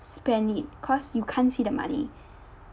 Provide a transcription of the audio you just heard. spend it cause you can't see the money